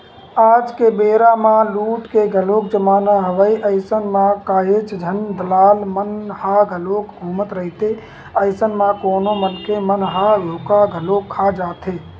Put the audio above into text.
आज के बेरा म लूट के घलोक जमाना हवय अइसन म काहेच झन दलाल मन ह घलोक घूमत रहिथे, अइसन म कोनो मनखे मन ह धोखा घलो खा जाथे